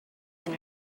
than